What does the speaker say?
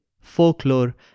folklore